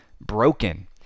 broken